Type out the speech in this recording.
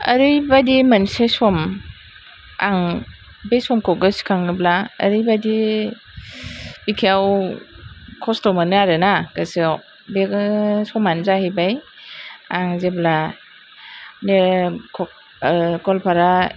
ओरैबादि मोनसे सम आं बे समखौ गोसोखाङोब्ला ओरैबादि बिखायाव खस्थ' मोनो आरोना गोसोयाव बेनो समानो जाहैबाय आं जेब्ला गलपारा